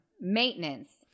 maintenance